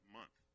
month